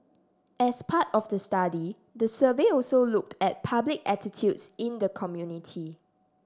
as part of the study the survey also looked at public attitudes in the community